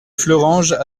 fleuranges